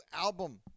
album